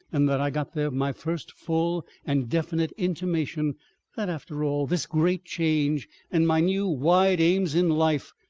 and that i got there my first full and definite intimation that, after all, this great change and my new wide aims in life,